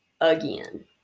again